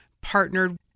partnered